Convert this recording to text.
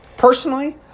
Personally